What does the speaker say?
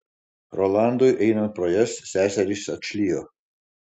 rolandui einant pro jas seserys atšlijo